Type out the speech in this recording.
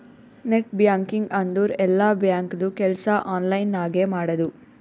net banking ಅಂದುರ್ ಎಲ್ಲಾ ಬ್ಯಾಂಕ್ದು ಕೆಲ್ಸಾ ಆನ್ಲೈನ್ ನಾಗೆ ಮಾಡದು